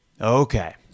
okay